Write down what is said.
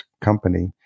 company